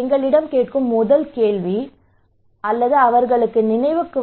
என்ன முதல் கேள்வி அவர்களின் நினைவுக்கு வரும்